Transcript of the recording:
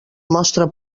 nostre